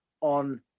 on